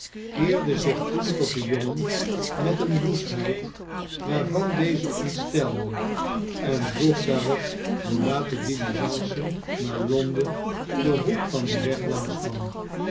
keerde zich toen tot den jongen met eene woestheid waarvan deze ontstelde en vroeg daarop hoe laat de diligence naar londen den hoek van den weg langs kwam